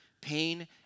pain